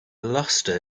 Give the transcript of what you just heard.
luster